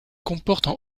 comportent